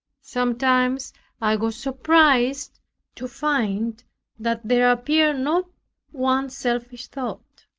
sometimes i was surprised to find that there appeared not one selfish thought.